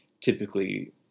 typically